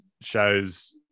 shows